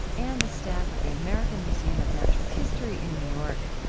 and the staff of the american museum of natural history in new york.